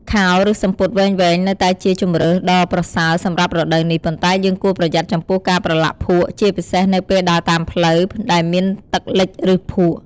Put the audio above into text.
ខោ ឬសំពត់វែងៗ នៅតែជាជម្រើសដ៏ប្រសើរសម្រាប់រដូវនេះ ប៉ុន្តែយើងគួរប្រយ័ត្នចំពោះការប្រឡាក់ភក់ ជាពិសេសនៅពេលដើរតាមផ្លូវដែលមានទឹកលិច ឬភក់។